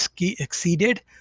exceeded